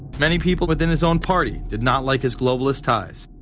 many people within his own party did not like his globalist ties.